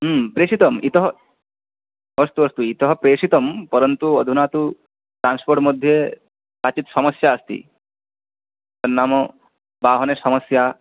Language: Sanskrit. प्रेषितम् इतः अस्तु अस्तु इतः प्रेषितं परन्तु अधुना तु ट्रान्स्फ़ोर्ट्मध्ये काचित् समस्या अस्ति तन्नाम वाहनसमस्या